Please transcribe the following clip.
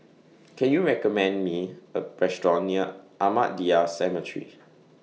Can YOU recommend Me A Restaurant near Ahmadiyya Cemetery